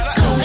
go